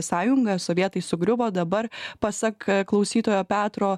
sąjunga sovietai sugriuvo dabar pasak klausytojo petro